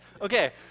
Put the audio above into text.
Okay